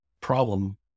problem